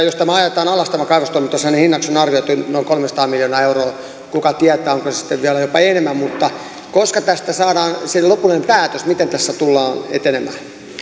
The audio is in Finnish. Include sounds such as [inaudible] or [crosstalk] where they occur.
[unintelligible] jos kaivostoiminta ajetaan alas sen hinnaksi on arvioitu noin noin kolmesataa miljoonaa euroa kuka tietää onko se sitten jopa vielä enemmän koska tästä saadaan se lopullinen päätös miten tässä tullaan etenemään